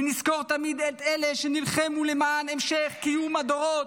ונזכור תמיד את אלה שנלחמו למען המשך קיום הדורות.